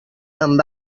amb